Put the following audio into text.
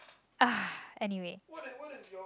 ah anyway